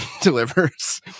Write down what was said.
delivers